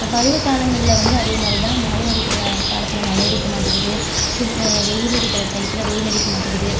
பருவக்காலங்கள்ல வந்து அதே மாதிரி தான் மழையடிக்கிற காலத்தில் மழையடிக்க மாட்டேங்குது குளிர் வெயில் அடிக்கிற டைத்தில் வெயில் அடிக்க மாட்டேங்கிது